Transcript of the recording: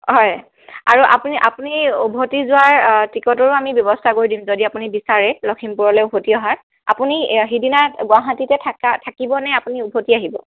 হয় আৰু আপুনি আপুনি উভতি যোৱাৰ টিকটৰো আমি ব্যৱস্থা কৰি দিম যদি আপুনি বিচাৰে লখিমপুৰলে উভতি অহাৰ আপুনি সিদিনা গুৱাহাটীতে থাকা থাকিব নে আপুনি উভতি আহিব